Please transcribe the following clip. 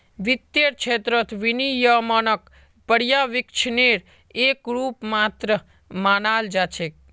वित्तेर क्षेत्रत विनियमनक पर्यवेक्षनेर एक रूप मात्र मानाल जा छेक